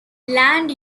land